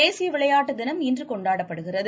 தேசிய விளையாட்டு தினம் இன்று கொண்டாடப்படுகிறது